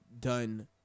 done